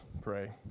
pray